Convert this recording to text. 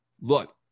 look